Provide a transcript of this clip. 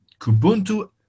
Kubuntu